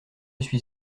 suis